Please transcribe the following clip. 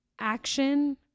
action